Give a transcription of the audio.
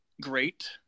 great